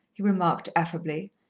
he remarked affably,